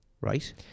right